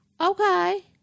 Okay